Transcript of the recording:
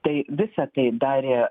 tai visa tai darė